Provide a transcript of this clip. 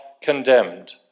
condemned